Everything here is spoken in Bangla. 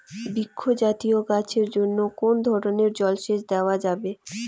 বৃক্ষ জাতীয় গাছের জন্য কোন ধরণের জল সেচ দেওয়া যাবে?